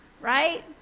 right